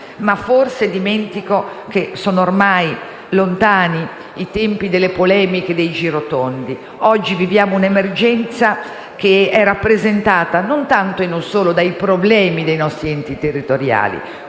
però dimentico che sono ormai lontani i tempi delle polemiche e dei girotondi; oggi viviamo un'emergenza rappresentata non tanto e non solo dai problemi dei nostri enti territoriali,